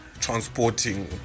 transporting